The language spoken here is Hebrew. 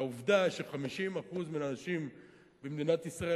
העובדה ש-50% מן האנשים במדינת ישראל